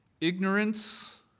Ignorance